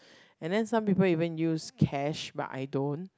and then some people even use cash but I don't